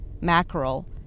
mackerel